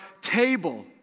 table